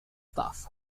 staff